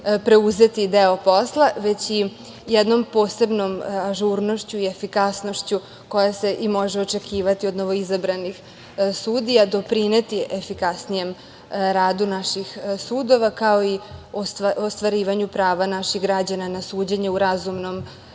preuzeti deo posla, već i jednom posebnom ažurnošću i efikasnošću, koja se i može očekivati od novoizabranih sudija, doprineti efikasnijem radu naših sudova, kao i ostvarivanju prava naših građana na suđenje u razumnom